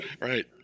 Right